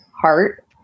heart